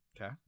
Okay